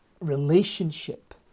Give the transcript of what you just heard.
relationship